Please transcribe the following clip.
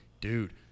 dude